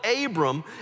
Abram